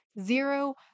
zero